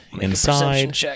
inside